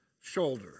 shoulder